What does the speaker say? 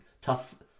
tough